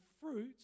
fruit